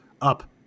up